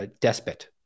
despot